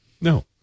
no